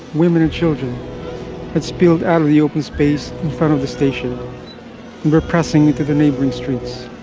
women and children had spilled out of the open space in front of the station were pressing into the neighboring streets,